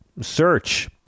search